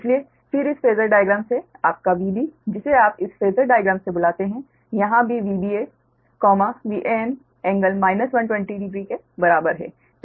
इसलिए फिर इस फेजर डायग्राम से आपका Vb जिसे आप इस फेजर डायग्राम से बुलाते हैं यहां भी Vba Van∟ 1200 के बराबर है